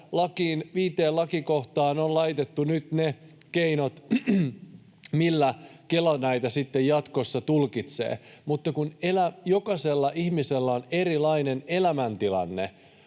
viiteen lakikohtaan on laitettu nyt ne keinot, millä Kela näitä jatkossa tulkitsee, mutta kun jokaisella ihmisellä on erilainen elämäntilanne.